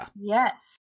Yes